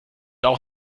auch